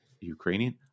Ukrainian